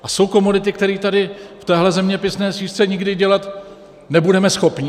A jsou komodity, které tady v téhle zeměpisné šířce nikdy dělat nebudeme schopni.